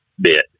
bit